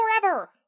forever